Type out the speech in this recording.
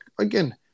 again